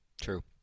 True